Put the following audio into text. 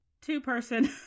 two-person